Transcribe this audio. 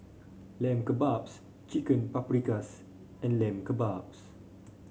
Lamb Kebabs Chicken Paprikas and Lamb Kebabs